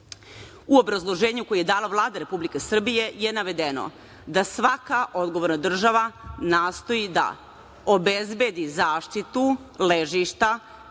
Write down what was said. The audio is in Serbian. U obrazloženju koje je dala Vlada Republike Srbije je navedeno da svaka odgovorna država nastoji da obezbedi zaštitu ležištu,